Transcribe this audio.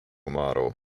model